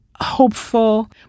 hopeful